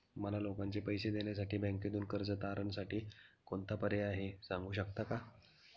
मला लोकांचे पैसे देण्यासाठी बँकेतून कर्ज तारणसाठी कोणता पर्याय आहे? सांगू शकता का?